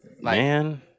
Man